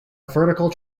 vertical